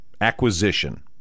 acquisition